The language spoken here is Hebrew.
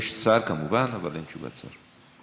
יש שר, כמובן, אבל אין תשובת שר.